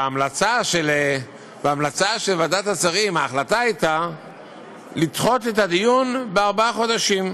ההמלצה של ועדת השרים הייתה לדחות את הדיון בארבעה חודשים.